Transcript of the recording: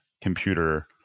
computer